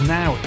now